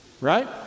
Right